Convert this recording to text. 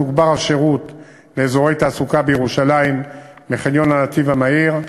יתוגבר השירות לאזורי תעסוקה בירושלים מחניון הנתיב המהיר.